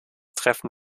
treffen